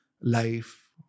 life